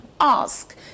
ask